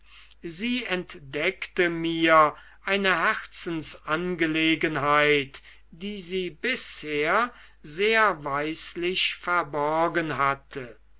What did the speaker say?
sie entdeckte mir eine herzensangelegenheit die sie bisher sehr weislich verborgen hatte